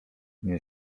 nie